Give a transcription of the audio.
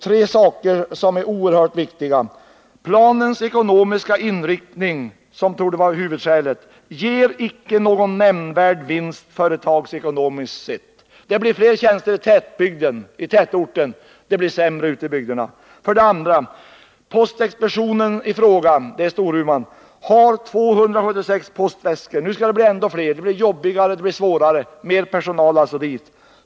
För det första skrev man att planens ekonomiska inriktning, som torde vara huvudskälet, icke ger någon nämnvärd vinst företagsekonomiskt sett. Det blir fler tjänster i tätorterna, medan det blir sämre ute i bygderna. För det andra framhöll man att postexpeditionen i Storuman hade 276 postväskor och att det nu skulle bli ännu fler och därmed jobbigare och svårare.